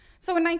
so, in like